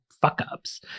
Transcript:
fuck-ups